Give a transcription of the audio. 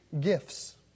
gifts